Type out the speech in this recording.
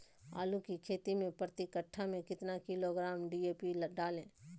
आलू की खेती मे प्रति कट्ठा में कितना किलोग्राम डी.ए.पी डाले?